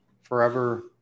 forever